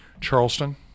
Charleston